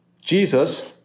Jesus